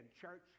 church